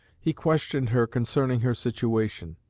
he questioned her concerning her situation.